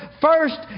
first